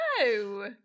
no